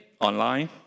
online